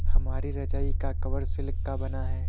हमारी रजाई का कवर सिल्क का बना है